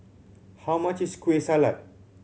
how much is Kueh Salat